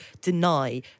deny